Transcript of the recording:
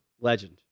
legend